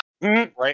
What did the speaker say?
Right